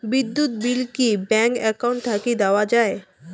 বিদ্যুৎ বিল কি bank account থাকি দেওয়া য়ায়?